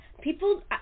people